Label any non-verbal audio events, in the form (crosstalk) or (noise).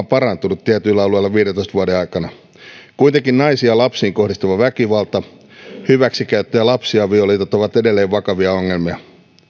(unintelligible) parantunut tietyillä alueilla viidentoista vuoden aikana kuitenkin naisiin ja lapsiin kohdistuva väkivalta hyväksikäyttö ja lapsiavioliitot ovat edelleen vakavia ongelmia